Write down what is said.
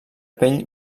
pell